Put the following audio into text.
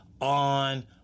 on